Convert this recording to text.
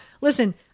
Listen